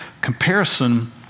Comparison